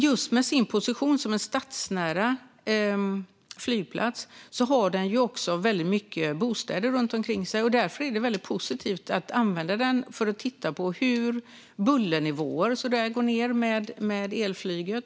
Just med sin position som stadsnära flygplats har Bromma också väldigt mycket bostäder runt omkring sig. Därför är det väldigt positivt att använda Bromma för att titta på hur bullernivåer och sådant går ned med elflyget.